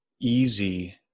easy